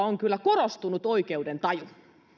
on kyllä korostunut oikeudentaju